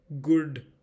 good